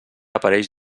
apareix